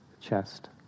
chest